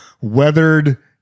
weathered